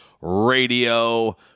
radio